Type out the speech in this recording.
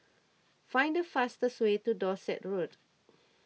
find the fastest way to Dorset Road